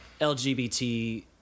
LGBT